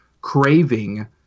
craving